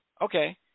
okay